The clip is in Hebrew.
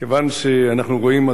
כיוון שאנחנו רואים,